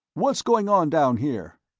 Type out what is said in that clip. what's going on down here?